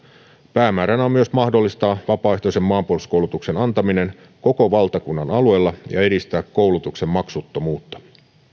päämääränä on myös mahdollistaa vapaaehtoisen maanpuolustuskoulutuksen antaminen koko valtakunnan alueella ja edistää koulutuksen maksuttomuutta